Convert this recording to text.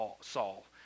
Saul